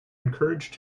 encouraged